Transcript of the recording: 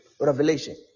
Revelation